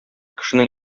кешенең